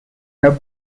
have